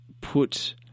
put